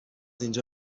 اینجا